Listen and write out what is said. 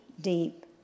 deep